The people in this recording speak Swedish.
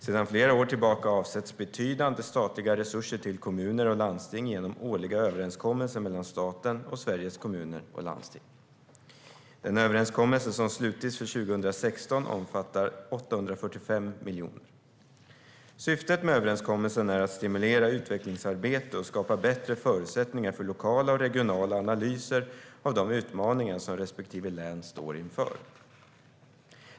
Sedan flera år tillbaka avsätts betydande statliga resurser till kommuner och landsting genom årliga överenskommelser mellan staten och Sveriges Kommuner och Landsting. Den överenskommelse som slutits för 2016 omfattar 845 miljoner. Syftet med överenskommelsen är att stimulera utvecklingsarbete och skapa bättre förutsättningar för lokala och regionala analyser av de utmaningar som respektive län står inför.